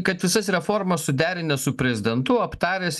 kad visas reformas suderinęs su prezidentu aptaręs